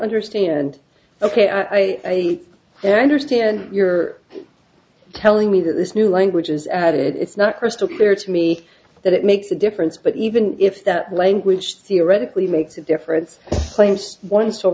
understand ok i understand you're telling me that this new language is added it's not crystal clear to me that it makes a difference but even if that language theoretically makes a difference place one still